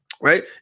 right